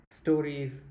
stories